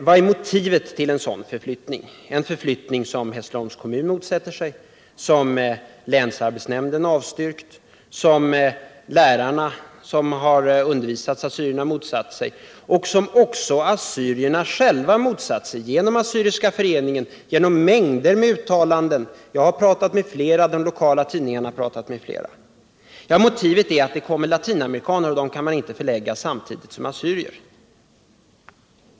Vilka är motiven till en sådan förflyttning, en förflyttning som Hässleholms kommun motsätter sig, som länsarbetsnämnden avstyrkt, som lärarna som har undervisat assyrierna motsatt sig och som också assyrierna själva motsatt sig genom Assyriska föreningen och i mängder av uttalanden? Jag har pratat med flera, och de lokala tidningarna har pratat med flera. Ja, motivet är att det kommer latinamerikaner, och dem kan man inte förlägga på samma plats som assyrier.